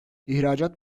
i̇hracat